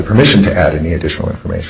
permission to add any additional information